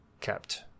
kept